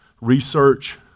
research